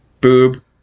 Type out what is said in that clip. Boob